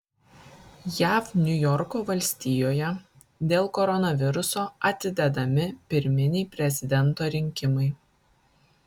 jav niujorko valstijoje dėl koronaviruso atidedami pirminiai prezidento rinkimai